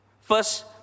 First